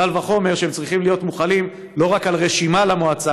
קל וחומר שהם צריכים להיות מוחלים לא רק על רשימה למועצה,